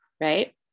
right